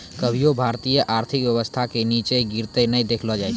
कभियो भारतीय आर्थिक व्यवस्था के नींचा गिरते नै देखलो जाय छै